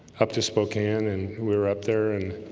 up to spokane and we were up there and